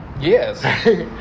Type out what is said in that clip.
Yes